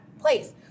place